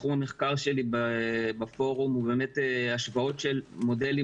תחום המחקר שלי בפורום הוא השפעות של מודלים